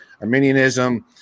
Arminianism